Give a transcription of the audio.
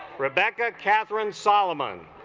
rebecca catherine solomon